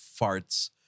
farts